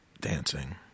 Dancing